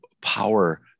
power